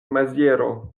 maziero